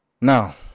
Now